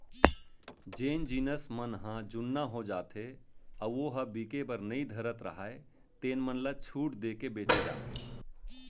जेन जिनस मन ह जुन्ना हो जाथे अउ ओ ह बिके बर नइ धरत राहय तेन मन ल छूट देके बेचे जाथे